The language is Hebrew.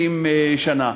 70 שנה.